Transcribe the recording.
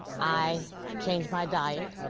i changed my diet,